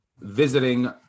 visiting